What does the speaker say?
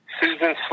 Susan